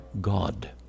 God